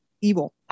Evil